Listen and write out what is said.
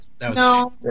No